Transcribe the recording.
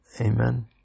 Amen